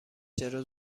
چرا